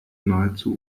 nahezu